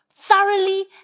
thoroughly